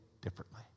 differently